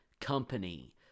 company